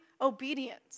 obedience